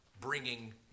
bringing